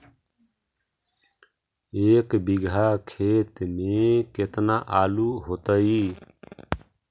एक बिघा खेत में केतना आलू होतई?